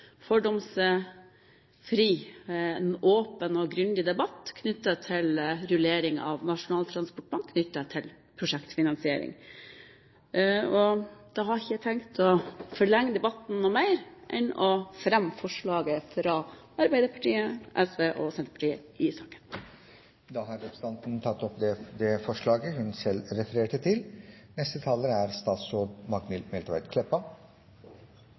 fordomsfri, åpen og grundig debatt knyttet til rullering av Nasjonal transportplan og prosjektfinansiering. Da har ikke jeg tenkt å forlenge debatten noe mer, annet enn å fremme forslaget fra Arbeiderpartiet, SV og Senterpartiet i saken. Representanten Janne Sjelmo Nordås har tatt opp det forslaget hun refererte til.